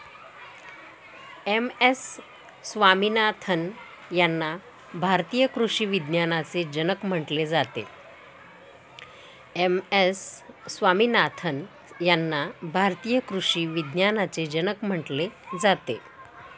M S Swaminathan यांना भारतीय कृषी विज्ञानाचे जनक म्हटले जाते